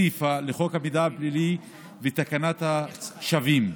סיפא לחוק המידע הפלילי ותקנת השבים,